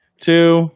Two